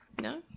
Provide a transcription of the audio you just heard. no